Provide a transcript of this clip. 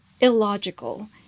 illogical